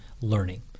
learning